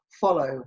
follow